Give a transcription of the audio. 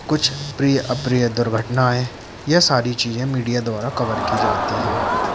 कुछ प्रिय अप्रिय घटनाएं यह सारी चीज़ें मीडिया द्वारा कवर की जाती हैं